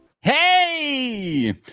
Hey